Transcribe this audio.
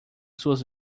suas